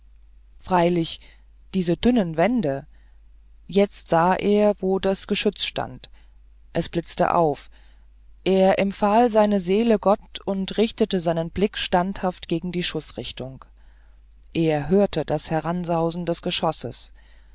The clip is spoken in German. freilich diese dünnen wände jetzt sah er wo das geschütz stand es blitzte auf er empfahl seine seele gott und richtete seinen blick standhaft gegen die schußrichtung er hörte das heransausen des geschosses